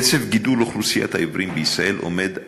קצב גידול אוכלוסיית העיוורים בישראל עומד על,